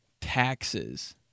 Taxes